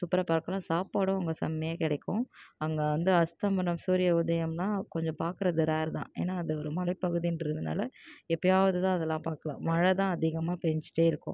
சூப்பராக பார்க்கலாம் சாப்பாடும் அங்கே செம்மையாக கிடைக்கும் அங்கே வந்து அஸ்தமனம் சூரிய உதயம்னால் கொஞ்சம் பார்க்குறது ரேர் தான் ஏன்னால் அது ஒரு மலைப்பகுதின்றதினால எப்போயாவது தான் அதெலாம் பார்க்கலாம் மழை தான் அதிகமாக பெஞ்சிட்டே இருக்கும்